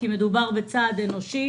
כי מדובר בצעד אנושי,